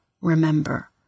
remember